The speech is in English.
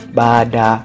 bada